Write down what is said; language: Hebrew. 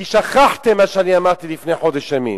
כי שכחתם מה שאמרתי לפני חודש ימים.